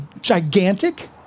gigantic